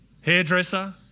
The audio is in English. Hairdresser